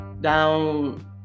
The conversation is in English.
down